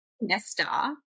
Nesta